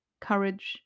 courage